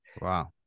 Wow